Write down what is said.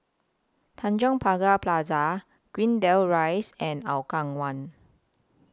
Tanjong Pagar Plaza Greendale Rise and Hougang one